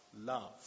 love